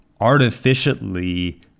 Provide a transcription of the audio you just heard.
artificially